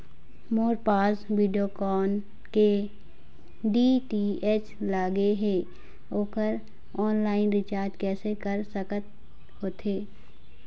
मोर पास वीडियोकॉन के डी.टी.एच लगे हे, ओकर ऑनलाइन रिचार्ज कैसे कर सकत होथे?